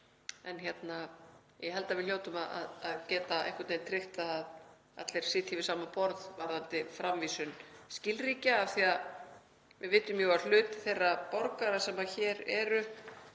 vegabréf. Ég held að við hljótum að geta einhvern veginn tryggt að allir sitji við sama borð varðandi framvísun skilríkja. Við vitum jú að hluti þeirra borgara sem hér eru